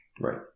Right